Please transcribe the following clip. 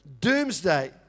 doomsday